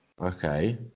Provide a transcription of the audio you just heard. Okay